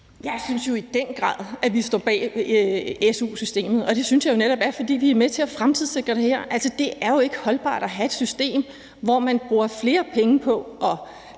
Jeg synes jo i den grad, at vi står bag su-systemet, og det synes jeg jo netop, vi gør, fordi vi er med til at fremtidssikre det her. Altså, det er jo ikke holdbart at have et system, hvor man bruger flere penge på at